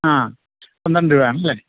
ആ പന്ത്രണ്ട് രൂപയാണല്ലേ